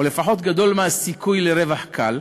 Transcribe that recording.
או לפחות גדול מהסיכוי לרווח קל,